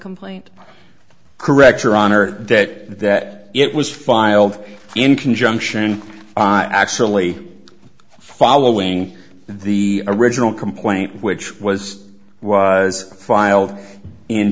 complaint correct your honor that that it was filed in conjunction actually following the original complaint which was was filed in